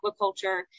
aquaculture